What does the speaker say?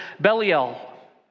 Belial